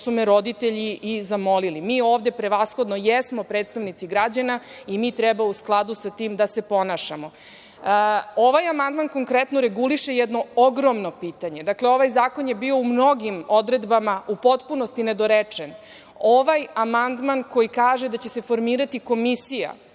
su me roditelji i zamolili. Mi ovde, prevashodno, jesmo predstavnici građana i mi treba u skladu sa tim da se ponašamo. Ovaj amandman konkretno reguliše jedno ogromno pitanje. Dakle, ovaj zakon je bio u mnogim odredbama, u potpunosti nedorečen. Ovaj amandman koji kaže da će se formirati komisija